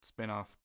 spinoff